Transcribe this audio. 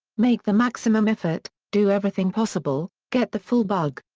make the maximum effort, do everything possible, get the full bug.